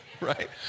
right